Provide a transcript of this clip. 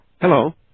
Hello